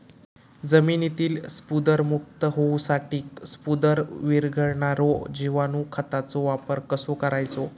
जमिनीतील स्फुदरमुक्त होऊसाठीक स्फुदर वीरघळनारो जिवाणू खताचो वापर कसो करायचो?